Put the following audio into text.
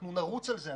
אנחנו נרוץ על זה,